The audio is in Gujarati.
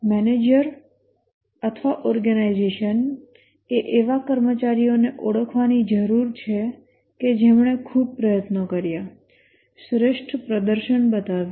મેનેજર અથવા ઓર્ગેનાઈઝેશન એ એવા કર્મચારીઓને ઓળખવાની જરૂર છે કે જેમણે ખૂબ પ્રયત્નો કર્યા શ્રેષ્ઠ પ્રદર્શન બતાવ્યું